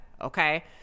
Okay